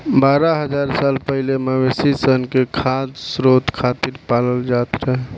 बारह हज़ार साल पहिले मवेशी सन के खाद्य स्रोत खातिर पालल जात रहे